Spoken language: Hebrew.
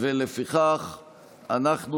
אם כן, הוסרו הסתייגויות 91 עד 96, כולל.